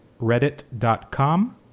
reddit.com